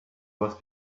was